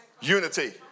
unity